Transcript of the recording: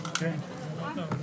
נעולה.